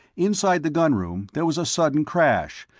inside the gun room, there was a sudden crash,